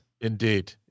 Indeed